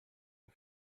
the